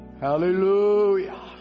Hallelujah